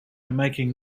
making